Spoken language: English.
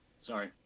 Sorry